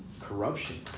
corruption